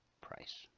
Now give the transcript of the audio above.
price